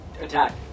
Attack